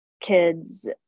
kids